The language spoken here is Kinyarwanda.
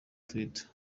twitter